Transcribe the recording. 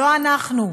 לא אנחנו,